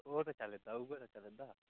ओह् दे चला दा उ'ऐ ते चला दा